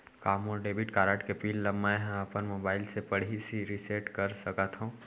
का मोर debit card के पिन ल मैं ह अपन मोबाइल से पड़ही रिसेट कर सकत हो?